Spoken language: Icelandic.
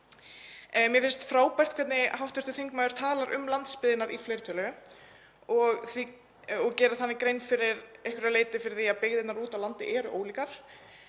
Mér finnst frábært hvernig hv. þingmaður talar um landsbyggðirnar í fleirtölu og gerir þannig að einhverju leyti grein fyrir því að byggðirnar úti á landi eru ólíkar